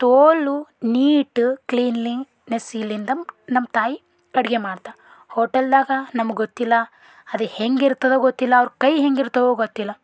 ತೋಲು ನೀಟ ಕ್ಲೀನ್ಲಿನೆಸ್ಸಿಲಿಂದ ನಮ್ಮ ತಾಯಿ ಅಡುಗೆ ಮಾಡ್ತಾಳೆ ಹೋಟೆಲ್ದಾಗ ನಮ್ಗೆ ಗೊತ್ತಿಲ್ಲ ಅದು ಹೆಂಗಿರ್ತದೆ ಗೊತ್ತಿಲ್ಲ ಅವ್ರ ಕೈ ಹೇಗಿರ್ತವೋ ಗೊತ್ತಿಲ್ಲ